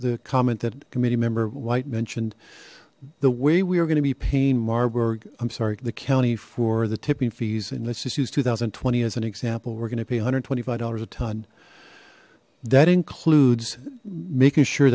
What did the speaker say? the comment that committee member white mentioned the way we are going to be paying marburg i'm sorry to the county for the tipping fees and let's just use two thousand and twenty as an example we're gonna pay one hundred and twenty five dollars a ton that includes making sure